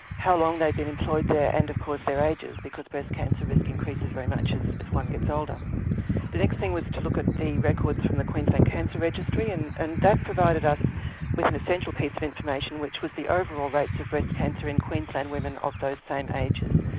how long they had been employed there and of course their ages because breast cancer risk increases very much as one gets older. the next thing was to look at the records from the queensland cancer registry and and that provided us with an essential piece of information, which were the overall rates of breast cancer in queensland women of those ages.